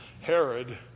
Herod